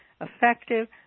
effective